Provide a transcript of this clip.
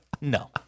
No